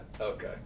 Okay